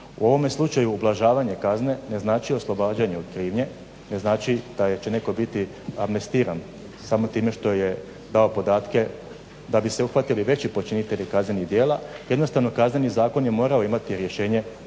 U ovome slučaju ublažavanja kazne ne znači oslobađanje od krivnje, ne znači da će netko biti amnestiran samo s time što je dao podatke da bi se uhvatili veći počinitelji kaznenih djela, jednostavno Kazneni zakon je morao imati rješenje